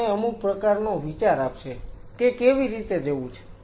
તે મને અમુક પ્રકારનો વિચાર આપશે કે કેવી રીતે જવું છે